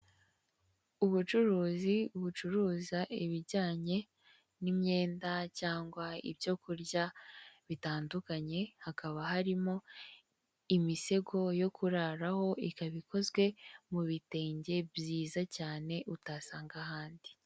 Ubucuruzi bucuruza ibijyanye n'imyenda cyangwa ibyo kurya bitandukanye, hakaba harimo imisego yo kuraraho, ikaba ikozwe mu bitenge byiza cyane utasanga ahandi.